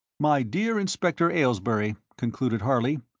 my dear inspector aylesbury, concluded harley,